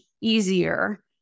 easier